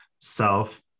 self